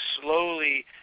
slowly